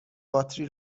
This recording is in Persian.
باتری